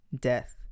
Death